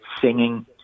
singing